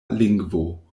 lingvo